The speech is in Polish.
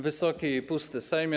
Wysoki i pusty Sejmie!